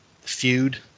feud